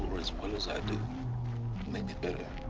as well as i do maybe better.